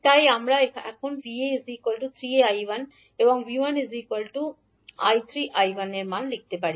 তাই আমরা এখন 𝐕𝑎 3𝐈1 এবং 𝐕1 13𝐈1 এর মান বলতে পারি